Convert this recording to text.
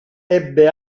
ebbe